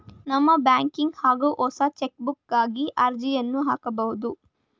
ನಮ್ಮ ಬ್ಯಾಂಕಿಗೆ ಹೋಗಿ ಹೊಸ ಚೆಕ್ಬುಕ್ಗಾಗಿ ಅರ್ಜಿಯನ್ನು ಹಾಕಬೇಕು